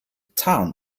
town